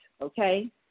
okay